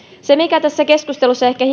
se mikä tässä keskustelussa ehkä